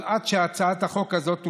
אבל עד שהצעת החוק הזאת תוסדר,